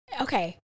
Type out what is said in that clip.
Okay